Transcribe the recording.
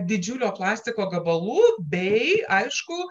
didžiulio plastiko gabalų bei aišku